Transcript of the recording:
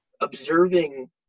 observing